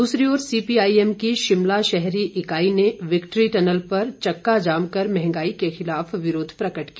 दूसरी ओर सीपीआईएम की शिमला शहरी इकाई ने विक्ट्री टनल पर चक्का जाम कर महंगाई के खिलाफ विरोध प्रकट किया